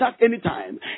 anytime